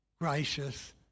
gracious